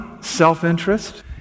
self-interest